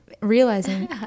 realizing